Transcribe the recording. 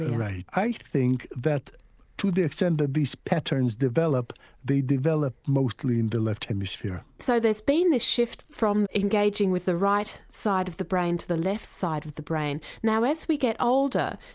right. i think that to the extent that these patterns develop they develop mostly in the left hemisphere. so there's been this shift from engaging with the right side of the brain to the left side of the brain. now as we get older,